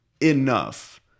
enough